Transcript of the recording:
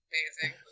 Amazing